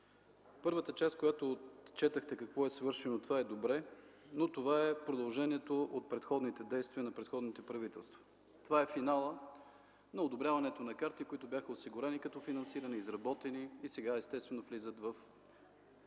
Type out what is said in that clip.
първата част – какво е свършено, е добре, но то е продължение от предходните действия на предходните правителства. Това е финалът на одобряването на карти, които бяха осигурени като финансиране, изработени и сега естествено – влизат в